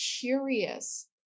curious